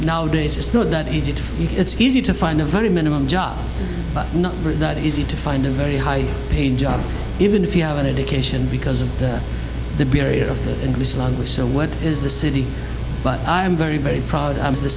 nowadays it's not that easy it's easy to find a very minimum job but not that easy to find a very high paying job even if you have an education because of the period of the english language so what is the city but i am very very proud of the